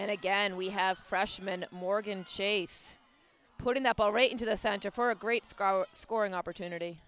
and again we have freshman morgan chase putting that ball right into the center for a great scout scoring opportunity